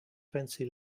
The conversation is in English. fancy